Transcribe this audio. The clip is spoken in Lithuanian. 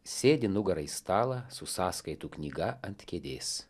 sėdi nugara į stalą su sąskaitų knyga ant kėdės